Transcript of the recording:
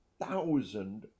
thousand